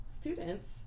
students